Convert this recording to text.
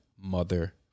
mother